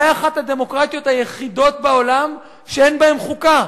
אולי אחת הדמוקרטיות היחידות בעולם שאין בהן חוקה.